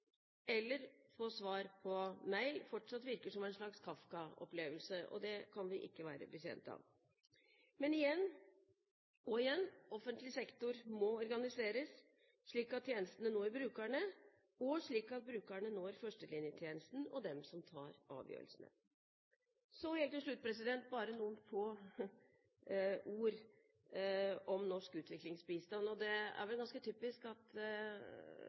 eller å få svar på mail fortsatt virker som en slags Kafka-opplevelse. Det kan vi ikke være bekjent av. Men igjen – og igjen: Offentlig sektor må organiseres slik at tjenestene når brukerne, og slik at brukerne når førstelinjetjenesten og dem som tar avgjørelsene. Så til slutt bare noen få ord om norsk utviklingsbistand. Det er vel ganske typisk at når det er så få merknader om bistand, tyder det også på at